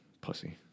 pussy